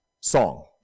song